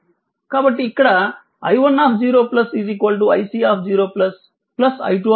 కాబట్టి ఇక్కడ i10 iC0 i20 అవుతుంది